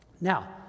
Now